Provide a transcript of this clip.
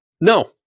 No